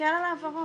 תסתכל על העברות.